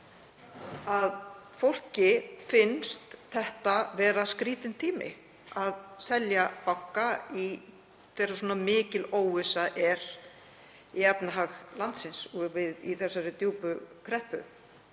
að fólki finnst þetta vera skrýtinn tími til að selja banka, þegar svona mikil óvissa er í efnahag landsins og í þessari djúpu kreppu.